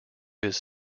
his